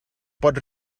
pot